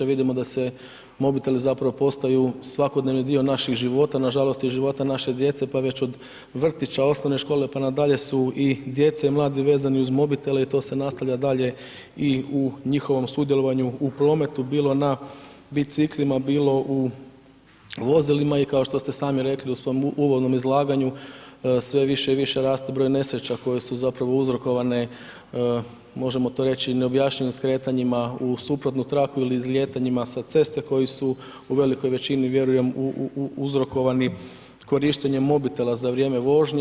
Vidimo da se mobiteli zapravo postaju svakodnevni dio naših života, nažalost i života naše djece, pa već od vrtića, osnovne škole pa na dalje su i djeca i mladi vezani uz mobitele i to se nastavlja dalje i u njihovom sudjelovanju u prometu, bilo na biciklima, bilo u vozilima i kao što ste i sami rekli u svom uvodnom izlaganju, sve više i više raste broj nesreća koje su zapravo uzrokovane, možemo to reći neobjašnjivim skretanjima u suprotnu traku ili izlijetanjima sa ceste koji su u velikoj većini vjerujem uzrokovani korištenjem mobitela za vrijeme vožnje.